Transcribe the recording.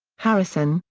harrison,